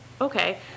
Okay